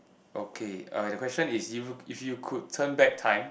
okay uh the question is if you if you could turn back time